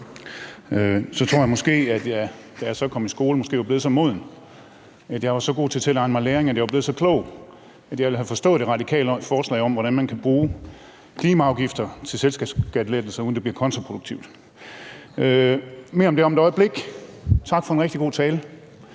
Så tror jeg måske, at jeg, da jeg kom i skole, måske var blevet så moden, at jeg var så god til at tilegne mig læring, at jeg var blevet så klog, at jeg ville have forstået det radikale forslag om, hvordan man kan bruge klimaafgifter til selskabsskattelettelser, uden det bliver kontraproduktivt. Mere om det om et øjeblik. Tak for en rigtig god tale.